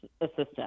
assistant